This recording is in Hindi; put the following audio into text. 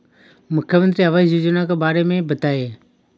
मुख्यमंत्री आवास योजना के बारे में बताए?